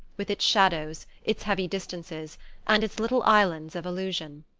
with its shadows, its heavy distances and its little islands of illusion.